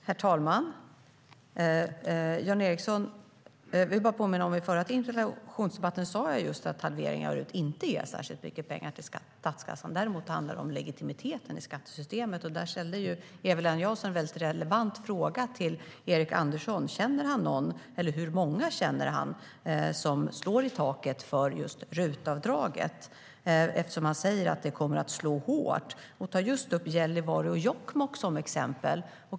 Herr talman! Jag vill påminna Jan Ericson om att jag i förra interpellationsdebatten sa att halveringen av RUT inte ger särskilt mycket pengar till statskassan. Däremot handlar det om legitimiteten i skattesystemet. Där ställde Eva-Lena Jansson en relevant fråga till Erik Andersson: Hur många känner han som slår i taket för just RUT-avdraget? Han säger ju att det kommer att slå hårt och tar upp Gällivare och Jokkmokk som exempel.